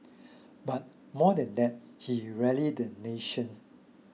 but more than that he rallied the nations